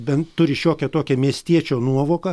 bent turi šiokią tokią miestiečio nuovoką